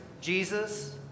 Jesus